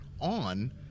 on